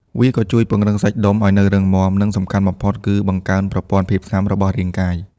វាក៏ជួយ ពង្រឹងសាច់ដុំ ឱ្យនៅរឹងមាំ និងសំខាន់បំផុតគឺ បង្កើនប្រព័ន្ធភាពស៊ាំ របស់រាងកាយ។